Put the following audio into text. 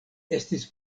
estis